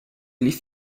feared